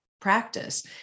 practice